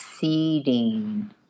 seeding